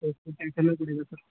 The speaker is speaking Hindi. ठीक तो करवाना पड़ेगा सर